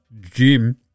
Jim